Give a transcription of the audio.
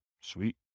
Sweet